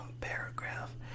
paragraph